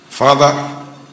Father